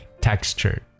Texture